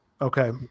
Okay